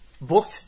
booked